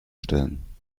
stellen